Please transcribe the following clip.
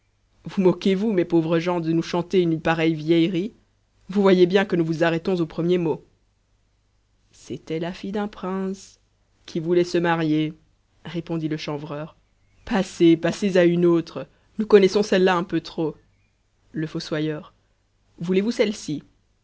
vous moquez-vous mes pauvres gens de nous chanter une pareille vieillerie vous voyez bien que nous vous arrêtons au premier mot c'était la fille d'un prince qui voulait se marier répondit le chanvreur passez passez à une autre nous connaissons celle-là un peu trop le fossoyeur voulez-vous celle-ci